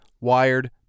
Wired